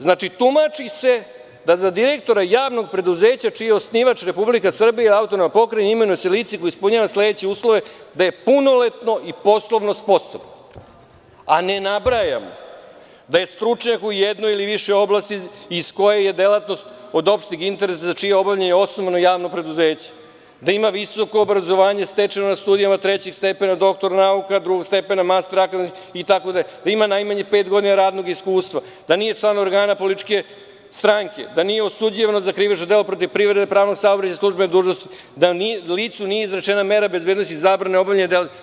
Znači, tumači se da za direktora javnog preduzeća čiji je osnivač Republika Srbija, Autonomna pokrajina, imenuje se lice koje ispunjava sledeće uslove – da je punoletno i poslovno sposobno, a ne nabrajam da je stručnjak u jednoj ili više oblasti iz koje je delatnost od opšteg interesa za čije obavljanje je osnovano javno preduzeće, da ima visoko obrazovanje stečeno na studijama III stepena, doktor nauka, II stepena master itd, da ima najmanje pet godina radog iskustva, da nije član organa političke stranke, da nije osuđivan za krivično delo protiv privrede, pravnog saobraćaja, službene dužnosti, da licu nije izrečena mera bezbednosti i zabrane obavljanja delatnosti.